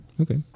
Okay